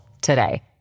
today